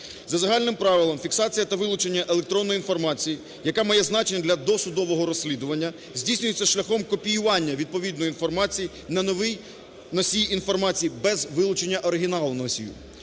За загальним правилом фіксація та вилучення електронної інформації, яка має значення для досудового розслідування, здійснюється шляхом копіювання відповідної інформації на новий носій інформації, без вилучення оригіналу носію.